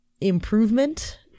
improvement